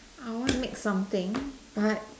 I want to make something but